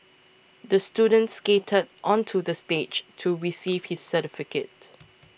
the student skated onto the stage to receive his certificate